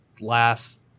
last